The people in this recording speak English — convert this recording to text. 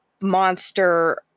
monster